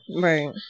Right